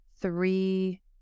three